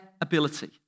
ability